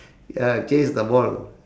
ya chase the ball